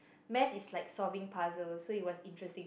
maths is like solving puzzle so it was interesting